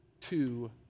two